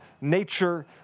nature